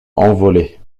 envolée